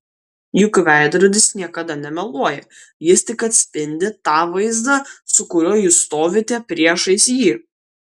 juk veidrodis niekada nemeluoja jis tik atspindi tą vaizdą su kuriuo jūs stovite priešais jį